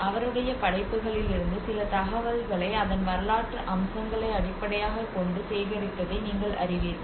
அவருடைய படைப்புகளிலிருந்து சில தகவல்களை அதன் வரலாற்று அம்சங்களை அடிப்படையாகக் கொண்டு சேகரித்ததை நீங்கள் அறிவீர்கள்